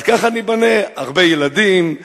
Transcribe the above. ככה ניבנה: הרבה ילדים,